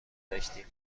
داشتیم